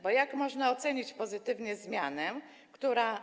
Bo jak można ocenić pozytywnie zmianę, która.